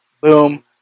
boom